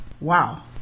Wow